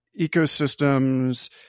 ecosystems